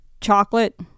Chocolate